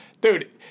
dude